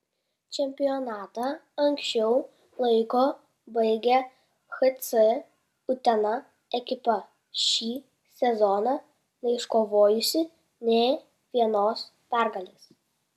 čempionatą anksčiau laiko baigė hc utena ekipa šį sezoną neiškovojusi nė vienos pergalės